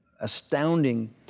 astounding